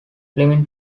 filming